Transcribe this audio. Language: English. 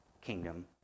kingdom